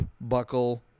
buckle